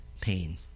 pain